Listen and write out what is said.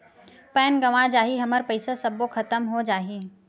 Pan गंवा जाही हमर पईसा सबो खतम हो जाही?